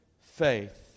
faith